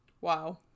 Wow